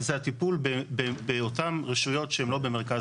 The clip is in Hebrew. זה הטיפול באותם רשויות שהן לא במרכז